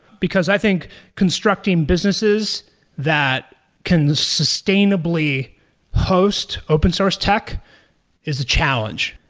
because i think constructing businesses that can sustainably host open source tech is a challenge,